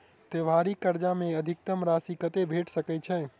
त्योहारी कर्जा मे अधिकतम राशि कत्ते भेट सकय छई?